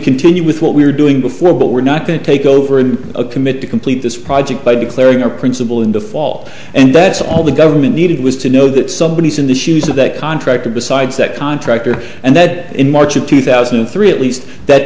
continue with what we were doing before but we're not going to take over in a commit to complete this project by declaring our principal in default and that's all the government needed was to know that somebody is in the shoes of that contractor besides that contractor and that in march of two thousand and three at least that